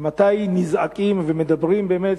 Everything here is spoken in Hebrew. מתי נזעקים ומדברים באמת?